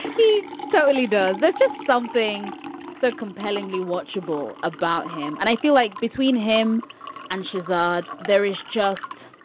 he totally does there's just something so compellingly watchable about him. and i feel like between him and shazad, there is just